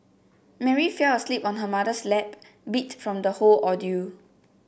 Mary fell asleep on her mother's lap beat from the whole ordeal